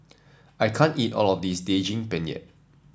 I can't eat all of this Daging Penyet